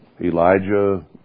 Elijah